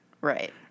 Right